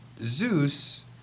Zeus